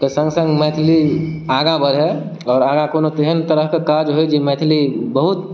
कऽ सङ्ग सङ्ग मैथिली आगाँ बढ़ै आओर आगाँ कोनो तेहन तरह कऽ काज होय जे मैथिली बहुत